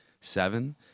seven